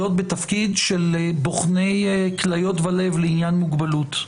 בתפקיד של בוחני כליות ולב לעניין מוגבלות.